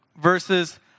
Verses